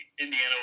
Indiana